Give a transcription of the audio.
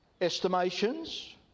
Estimations